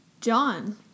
John